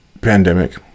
pandemic